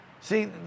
see